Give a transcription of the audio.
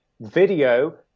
video